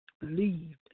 Believed